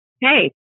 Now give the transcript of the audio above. Hey